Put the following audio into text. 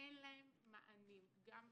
--- שאין להם מענים, גם בצפון.